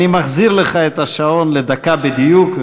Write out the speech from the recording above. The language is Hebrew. אני מחזיר לך את השעון לדקה בדיוק,